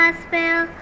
spell